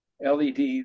led